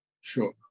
Sure